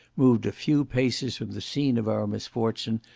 moved a few paces from the scene of our misfortune,